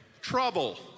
Trouble